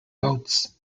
boats